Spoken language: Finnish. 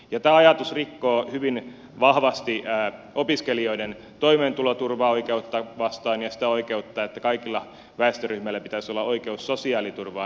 tämä ajatus rikkoo hyvin vahvasti opiskelijoiden toimeentuloturvaoikeutta ja sitä oikeutta vastaan että kaikilla väestöryhmillä pitäisi olla oikeus sosiaaliturvaan